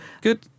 Good